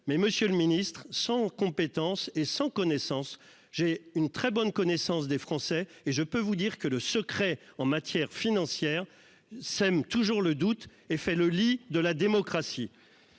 Mais Monsieur le Ministre sans compétence et sans connaissance. J'ai une très bonne connaissance des Français et je peux vous dire que le secret en matière financière sème toujours le doute et fait le lit de la démocratie.